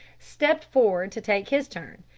stepped forward to take his turn,